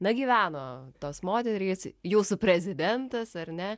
na gyveno tos moterys jūsų prezidentas ar ne